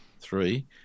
Three